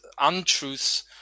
untruths